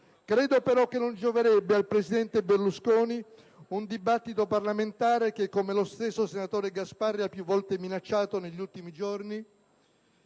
Credo che non gioverebbe al presidente Berlusconi un dibattito parlamentare che, come lo stesso senatore Gasparri ha più volte minacciato negli ultimi giorni,